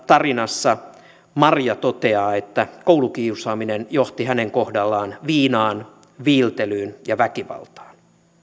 tarinassa maria toteaa että koulukiusaaminen johti hänen kohdallaan viinaan viiltelyyn ja väkivaltaan